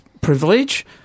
privilege